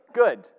good